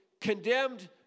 condemned